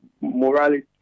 morality